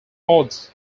ode